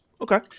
Okay